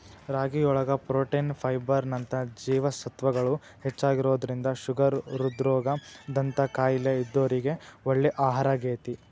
ರಾಗಿಯೊಳಗ protein, fibre ನಂತ ಜೇವಸತ್ವಗಳು ಹೆಚ್ಚಾಗಿರೋದ್ರಿಂದ ಶುಗರ್, ಹೃದ್ರೋಗ ದಂತ ಕಾಯಲೇ ಇದ್ದೋರಿಗೆ ಒಳ್ಳೆ ಆಹಾರಾಗೇತಿ